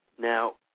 Now